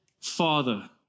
Father